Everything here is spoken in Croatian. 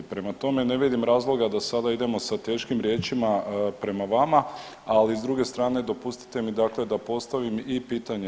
Prema tome ne vidim razloga da sada idemo sa teškim riječima prema vama, ali s druge strane dopustite mi dakle da postavim i pitanje.